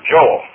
Joel